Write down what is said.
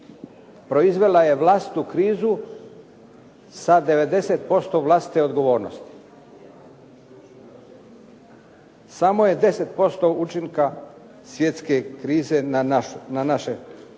proizvela je vlastitu krizu sa 90% vlastite odgovornosti. Samo je 10% učinka svjetske krize na našu ekonomsku